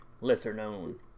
lesser-known